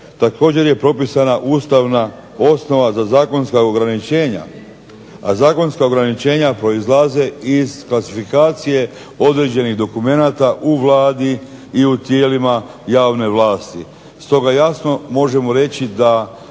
Također je propisana ustavna osnova za zakonska ograničenja, a zakonska ograničenja proizlaze iz klasifikacije određenih dokumenata u Vladi i u tijelima javne vlasti. Stoga jasno možemo reći da